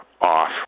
off